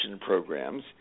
programs